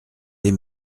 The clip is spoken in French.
des